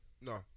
No